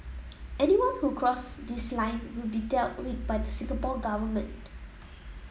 anyone who cross this line will be dealt with by the Singapore Government